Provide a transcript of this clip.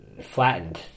flattened